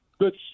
good